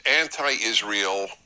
anti-Israel